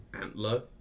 antler